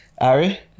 Ari